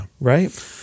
Right